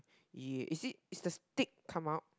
ya is it is the stick come out